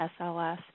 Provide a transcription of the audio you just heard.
SLS